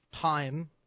time